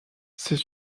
ses